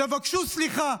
תבקשו סליחה,